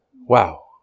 wow